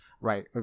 right